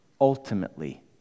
ultimately